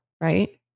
right